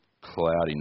cloudiness